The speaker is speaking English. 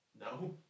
No